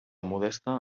modesta